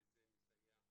וזה מסייע המון.